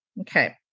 Okay